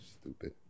Stupid